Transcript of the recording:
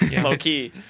Low-key